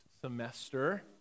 semester